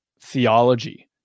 theology